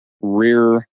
rear